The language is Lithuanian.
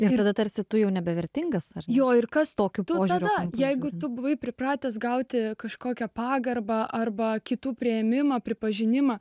nes tada tarsi tu jau nebevertingas jo ir kas tokiu požiūriu jeigu tu buvai pripratęs gauti kažkokią pagarbą arba kitų priėmimą pripažinimą